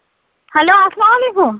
hello السلامُ علیکُم